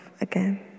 again